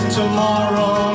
tomorrow